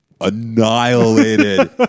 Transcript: annihilated